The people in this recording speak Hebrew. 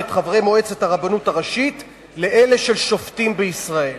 ואת חברי מועצת הרבנות הראשית לאלה של שופטים בישראל.